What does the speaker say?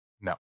No